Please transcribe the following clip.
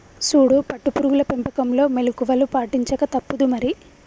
సూడు పట్టు పురుగుల పెంపకంలో మెళుకువలు పాటించక తప్పుదు మరి